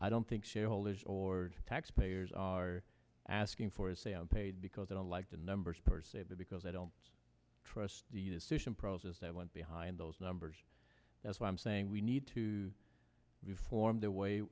i don't think shareholders or taxpayers are asking for is say i'm paid because i don't like the numbers per se because i don't trust the decision process that went behind those numbers that's why i'm saying we need to reform the way